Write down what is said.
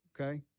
Okay